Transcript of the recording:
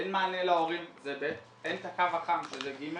אין מענה להורים, זה ב', אין את הקו החם, שזה ג',